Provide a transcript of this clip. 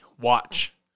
Watch